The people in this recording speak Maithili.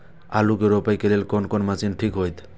आलू के रोपे के लेल कोन कोन मशीन ठीक होते?